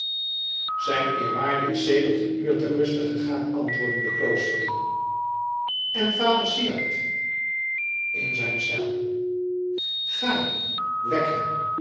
zijn eerwaarde is sedert een uur ter ruste gegaan antwoordde de kloosterling en vader syard in zijn cel ga wek hem